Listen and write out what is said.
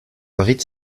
invite